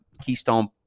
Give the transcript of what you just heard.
Keystone